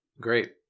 Great